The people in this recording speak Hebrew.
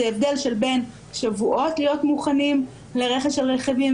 זה הבדל של בין שבועות להיות מוכנים לרכש של רכיבים